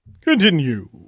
continue